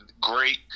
great